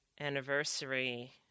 anniversary